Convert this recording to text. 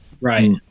right